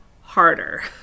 harder